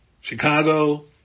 Chicago